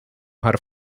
her